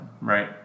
Right